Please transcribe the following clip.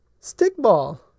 Stickball